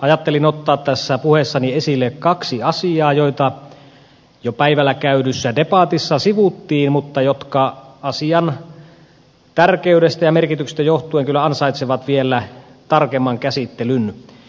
ajattelin ottaa tässä puheessani esille kaksi asiaa joita jo päivällä käydyssä debatissa sivuttiin mutta jotka asian tärkeydestä ja merkityksestä johtuen kyllä ansaitsevat vielä tarkemman käsittelyn